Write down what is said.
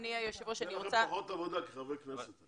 תהיה לנו פחות עבודה כחברי כנסת.